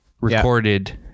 recorded